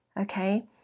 okay